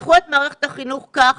תפתחו את מערכת החינוך כך